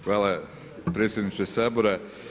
Hvala predsjedniče Sabora.